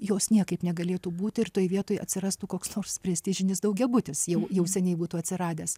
jos niekaip negalėtų būti ir toj vietoj atsirastų koks nors prestižinis daugiabutis jau jau seniai būtų atsiradęs